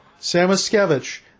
Samuskevich